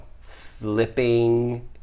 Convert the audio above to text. flipping